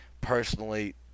Personally